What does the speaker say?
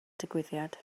digwyddiad